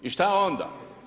I šta onda?